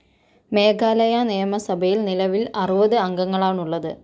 മേഘാലയ നിയമസഭയിൽ നിലവിൽ അറുപത് അംഗങ്ങളാണുള്ളത്